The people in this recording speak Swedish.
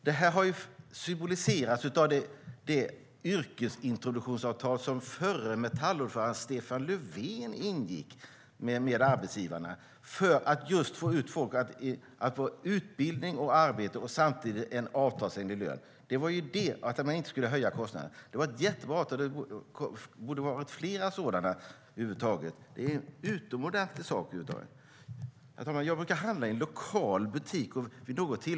Det här har symboliserats av det yrkesintroduktionsavtal som förre Metallordföranden Stefan Löfven ingick med arbetsgivarna just för att folk skulle få utbildning och arbete och samtidigt en avtalsenlig lön. Tanken var att man inte skulle höja kostnaderna. Det var ett jättebra avtal, och det borde ha varit fler sådana över huvud taget. Det var en utomordentlig sak. Herr talman! Jag brukar handla i en lokal butik.